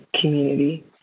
community